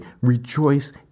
Rejoice